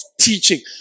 teaching